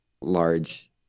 large